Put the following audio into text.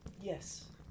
yes